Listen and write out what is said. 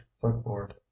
footboard